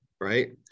Right